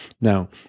Now